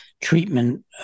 treatment